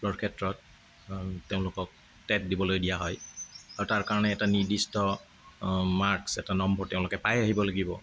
স্কুলৰ ক্ষেত্ৰত তেওঁলোকক টেট দিবলৈ দিয়া হয় আৰু তাৰকাৰণে এটা নিৰ্দিষ্ট নম্বৰ মাৰ্কচ এটা পাই আহিব লাগিব